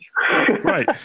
right